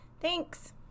Thanks